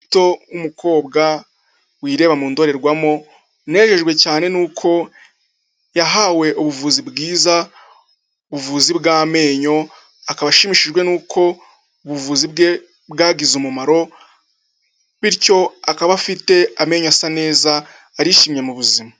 Umukobwa wireba mu ndorerwamo, unejejwe cyane n'uko yahawe ubuvuzi bwiza, ubuvuzi bw'amenyo, akaba ashimishijwe n'uko ubuvuzi bwe bwagize umumaro bityo akaba afite amenyo asa neza, arishimye mu buzima.